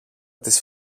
της